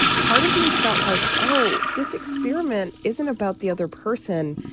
part of me felt like, oh, this experiment isn't about the other person.